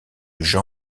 jean